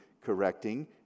correcting